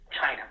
China